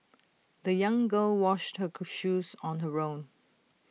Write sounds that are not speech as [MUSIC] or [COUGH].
the young girl washed her [NOISE] shoes on her own